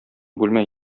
бүлмә